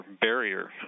barrier